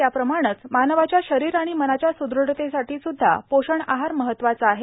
त्याप्रमाणं मानवाच्या शरीर आणि मनाच्या सुदृढतेसाठी सुद्धा पोषण आहार महत्वाचा आहे